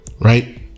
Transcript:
right